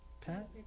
Pat